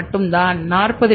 மட்டும்தான் 40 சி